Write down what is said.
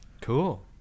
Cool